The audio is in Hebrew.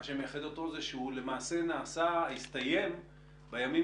מה שמייחד אותו שהוא למעשה הסתיים בימים